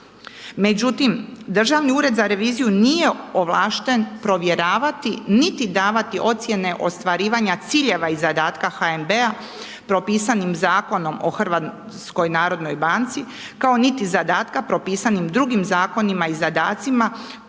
Međutim Državni ured za reviziju nije ovlašten provjeravati niti davati ocjene ostvarivanja ciljeva i zadatka HNB-a propisanim Zakonom o HNB-u kao niti zadatkom propisanim drugim zakonima i zadacima